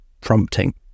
prompting